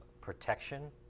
protection